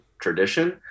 tradition